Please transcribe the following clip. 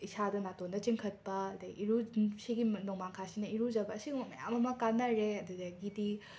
ꯏꯁꯥꯗ ꯅꯥꯇꯣꯟꯗ ꯆꯤꯡꯈꯠꯄ ꯑꯗꯒꯤ ꯏꯔꯨ ꯁꯤꯒꯤ ꯃ ꯅꯣꯡꯃꯥꯡꯈꯥꯁꯤꯅ ꯏꯔꯨꯖꯕ ꯁꯤꯒꯨꯝꯕ ꯃꯌꯥꯝ ꯑꯃ ꯀꯥꯟꯅꯔꯦ ꯑꯗꯨꯗꯒꯤꯗꯤ